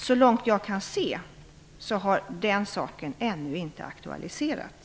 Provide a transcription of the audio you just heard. Så långt jag kan se har den saken ännu inte aktualiserats.